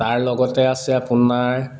তাৰ লগতে আছে আপোনাৰ